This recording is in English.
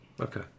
okay